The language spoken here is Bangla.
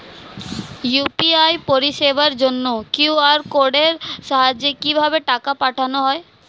ইউ.পি.আই পরিষেবার জন্য কিউ.আর কোডের সাহায্যে কিভাবে টাকা পাঠানো হয়?